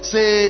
Say